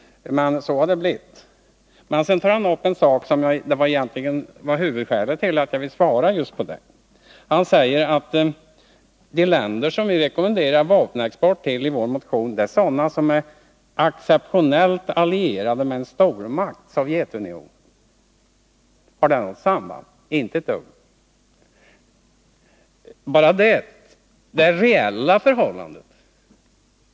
Men så har det blivit. Men sedan tar han upp något som egentligen var huvudskälet till att jag vill replikera. Han säger att de länder som vi rekommenderar vapenexport till i vår motion är sådana som är exceptionellt allierade med en stormakt, Sovjetunionen. Finns det något sådant samband? Nej, inte alls.